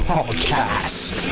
Podcast